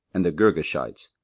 and the girgashites,